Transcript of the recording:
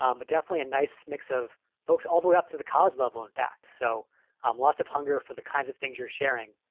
um but definitely a nice mix of folks all the way up to the college level, in fact. so um lots of hunger for the kinds of things you're sharing.